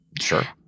Sure